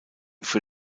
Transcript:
für